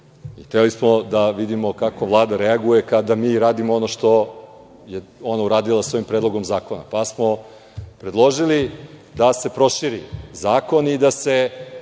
Hteli smo da vidimo kako Vlada reaguje kada mi radimo ono što je ona uradila sa ovim predlogom zakona. Predložili smo da se proširi zakon i da se